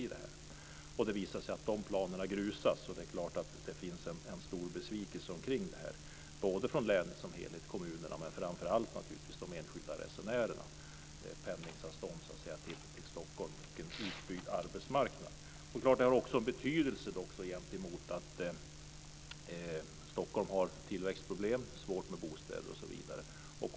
När det visar sig att de planerna grusas är det klart att det uppstår en stor besvikelse i länet som helhet, kommunerna, men framför allt naturligtvis hos de enskilda resenärerna. Pendelavstånd till Stockholm och en utbyggd arbetsmarknad. Det är klart att det också har betydelse att Stockholm har tillväxtproblem, svårt med bostäder.